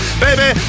baby